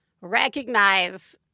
recognize